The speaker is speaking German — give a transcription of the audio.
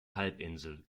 halbinsel